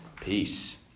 peace